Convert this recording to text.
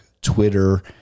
Twitter